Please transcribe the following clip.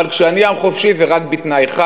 אבל כשאני עם חופשי זה רק בתנאי אחד,